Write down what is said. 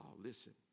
listen